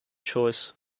choice